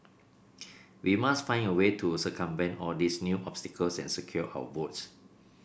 we must find a way to circumvent all these new obstacles and secure our votes